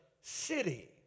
city